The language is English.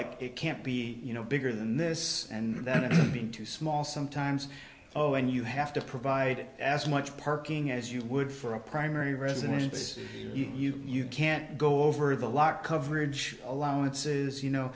like it can't be you know bigger than this and then it being too small sometimes oh and you have to provide as much parking as you would for a primary residence you can't go over the law coverage allowances you know